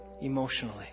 emotionally